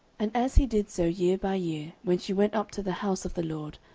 and as he did so year by year, when she went up to the house of the lord,